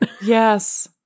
yes